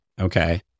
Okay